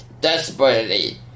desperately